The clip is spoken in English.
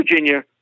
Virginia